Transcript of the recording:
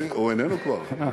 הוא איננו כבר.